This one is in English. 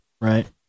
right